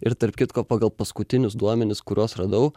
ir tarp kitko pagal paskutinius duomenis kuriuos radau